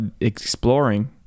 exploring